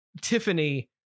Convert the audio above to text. Tiffany